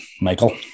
Michael